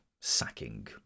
sacking